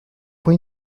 fue